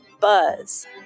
Buzz